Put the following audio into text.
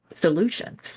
solutions